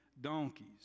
donkeys